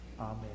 Amen